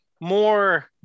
more